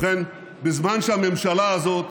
ובכן, בזמן שהממשלה הזאת